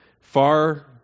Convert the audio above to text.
far